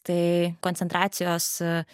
tai koncentracijos